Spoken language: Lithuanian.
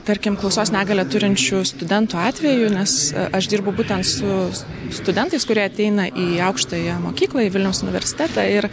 tarkim klausos negalią turinčių studentų atveju nes aš dirbu būtent su studentais kurie ateina į aukštąją mokyklą į vilniaus universitetą ir